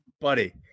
buddy